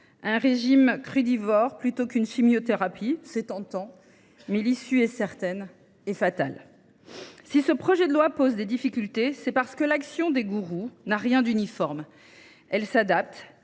un régime crudivore plutôt qu’une chimiothérapie, c’est tentant, mais l’issue est certaine et fatale… Si ce projet de loi pose des difficultés, c’est parce que l’action des gourous n’a rien d’uniforme : elle s’adapte,